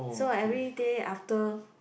so everyday after